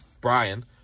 Brian